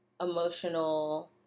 emotional